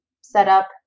setup